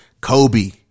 Kobe